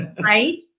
right